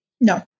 No